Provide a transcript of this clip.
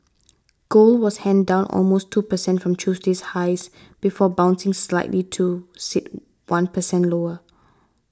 gold was high down almost two percent from Tuesday's highs before bouncing slightly to sit one percent lower